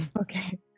Okay